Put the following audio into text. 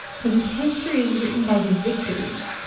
because if history is written by the victors,